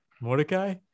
Mordecai